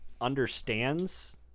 understands